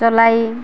ଚଲାଏ